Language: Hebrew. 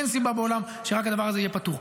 אין סיבה בעולם שרק הדבר הזה יהיה פטור.